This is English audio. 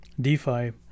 defi